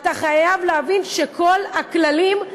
אתה חייב להבין שכל הכללים,